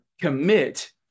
commit